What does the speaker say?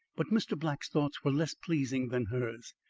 but mr. black's thoughts were less pleasing than hers.